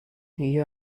you